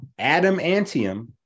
Adamantium